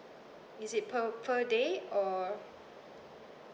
is it per per day or